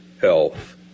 health